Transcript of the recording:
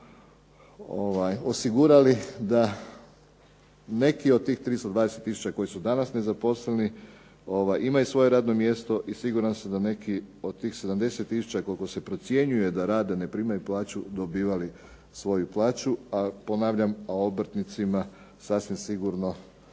osigurali da neki od tih 320 tisuća koji su danas nezaposleni imaju svoje radno mjesto. I siguran sam da neki od tih 70 tisuća koliko se procjenjuje da rade a ne primaju plaću dobivali svoju plaću. Ponavljam, a obrtnicima sasvim sigurno